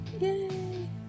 Yay